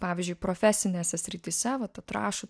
pavyzdžiui profesinėse srityse vat atrašo